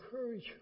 encourage